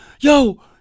yo